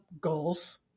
goals